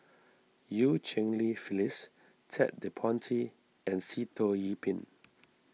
Eu Cheng Li Phyllis Ted De Ponti and Sitoh Yih Pin